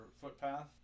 footpath